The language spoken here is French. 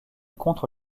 contre